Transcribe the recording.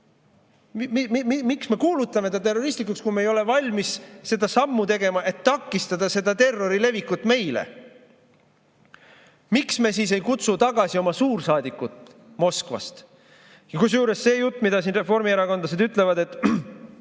Miks me kuulutame ta terroristlikuks, kui me ei ole valmis seda sammu tegema, et takistada selle terrori levikut meile? Miks me siis ei kutsu tagasi oma suursaadikut Moskvas? Kusjuures see jutt, mida siin reformierakondlased räägivad, et